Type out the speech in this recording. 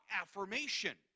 affirmation